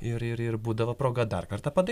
ir būdavo proga dar kartą padainuoti